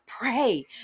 pray